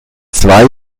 zwei